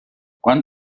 quan